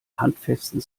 handfesten